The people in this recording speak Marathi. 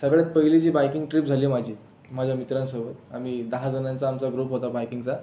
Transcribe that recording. सगळ्यात पहिली जी बाइकिंग ट्रीप झाली माझी माझ्या मित्रांसोबत आम्ही दहा जणांचा आमचा ग्रुप होता बाइकिंगचा